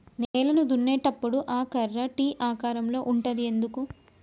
నేలను దున్నేటప్పుడు ఆ కర్ర టీ ఆకారం లో ఉంటది ఎందుకు?